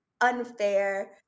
unfair